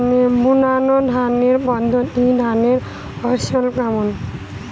বুনাধানের পদ্ধতিতে ধানের ফলন কেমন?